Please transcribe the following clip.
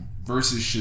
versus